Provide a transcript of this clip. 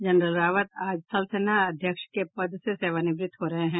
general Rawat आज थलसेना अध्यक्ष के पद से सेवानिवृत्त हो रहे हैं